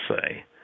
say